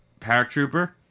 Paratrooper